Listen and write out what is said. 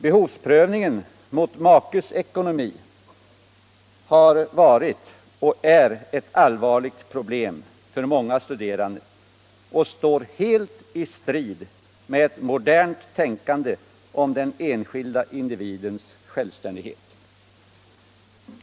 Behovsprövningen mot makes ekonomi har varit och är ett allvarligt problem för många studerande och står i helt strid med ett modernt tänkande om den enskilda individens självständighet.